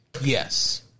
Yes